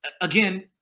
again